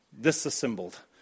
disassembled